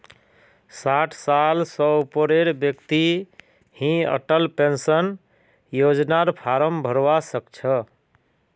साठ साल स ऊपरेर व्यक्ति ही अटल पेन्शन योजनार फार्म भरवा सक छह